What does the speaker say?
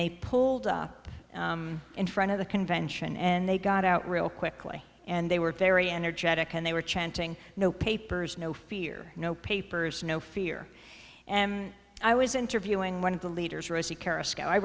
they pulled up in front of the convention and they got out real quickly and they were very energetic and they were chanting no papers no fear no papers no fear and i was interviewing one of the leaders rosie